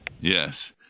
yes